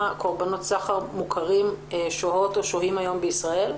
קורבנות סחר מוכרים שוהים כיום בישראל?